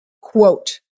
Quote